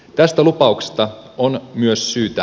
tästä lupauksesta on myös syytä